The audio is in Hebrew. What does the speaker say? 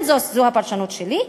זו הפרשנות שלי,